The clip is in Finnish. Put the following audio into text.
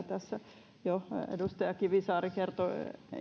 tässä edustaja kivisaari kertoi